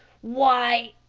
why,